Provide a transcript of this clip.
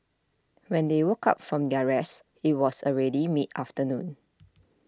when they woke up from their rest it was already mid afternoon